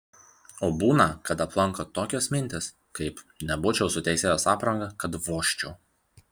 o būna kad aplanko tokios mintys kaip nebūčiau su teisėjos apranga kad vožčiau